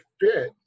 fit